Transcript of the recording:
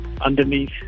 underneath